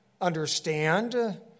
understand